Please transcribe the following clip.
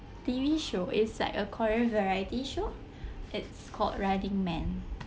T_V show is like a korean variety show it's called running man